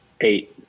Eight